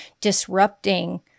disrupting